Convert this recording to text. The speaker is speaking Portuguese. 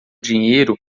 dinheiro